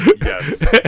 Yes